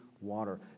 water